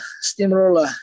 steamroller